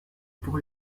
pour